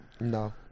No